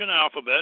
alphabet